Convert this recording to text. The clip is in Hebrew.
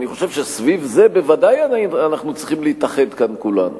אני חושב שסביב זה בוודאי אנחנו צריכים להתאחד כאן כולנו,